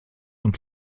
und